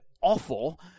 Awful